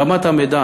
רמת המידע